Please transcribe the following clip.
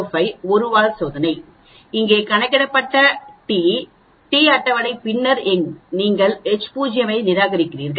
05 ஒரு வால் சோதனை இங்கே கணக்கிடப்பட்ட t அட்டவணை t பின்னர் நீங்கள் H0 ஐ நிராகரிக்கிறீர்கள்